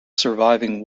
surviving